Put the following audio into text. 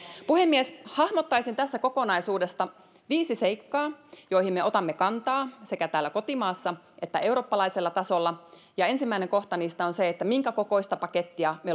puhemies hahmottaisin tästä kokonaisuudesta viisi seikkaa joihin me otamme kantaa sekä täällä kotimaassa että eurooppalaisella tasolla ensimmäinen kohta niistä on se minkä kokoista pakettia me